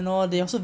mm